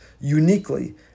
uniquely